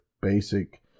basic